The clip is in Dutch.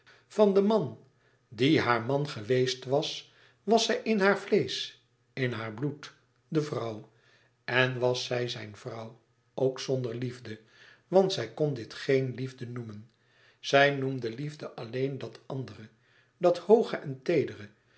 van den man die haar man geweest was was zij in haar vleesch in haar bloed de vrouw en was zij zijn vrouw ook zonder liefde want zij kon dit geen liefde noemen zij noemde liefde alleen dat andere dat hooge en